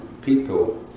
people